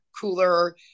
cooler